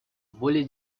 более